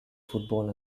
football